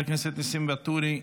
חבר הכנסת ניסים ואטורי,